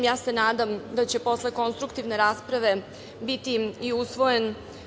Ja se nadam da će posle konstruktivne rasprave biti i usvojen.